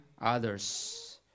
others